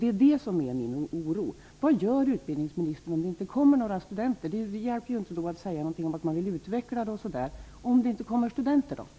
Det är detta som gör mig orolig. Vad gör utbildningsministern om det inte kommer några studenter? Det hjälper ju inte att säga något om att man vill utveckla osv. om det inte kommer studenter.